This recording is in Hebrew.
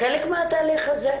מהתהליך הזה?